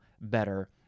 better